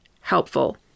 helpful